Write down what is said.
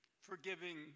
forgiving